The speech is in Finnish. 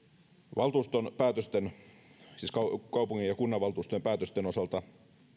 valtuuston päätösten siis kaupungin ja kunnanvaltuuston päätösten osalta